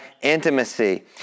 intimacy